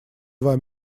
два